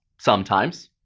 sometimes.